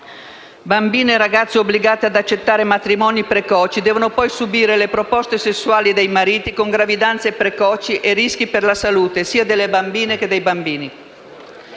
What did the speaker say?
Bambine e ragazze obbligate ad accettare matrimoni precoci devono poi subire le proposte sessuali dei mariti, con gravidanze precoci e rischi per la salute, sia delle bambine madri che dei bambini.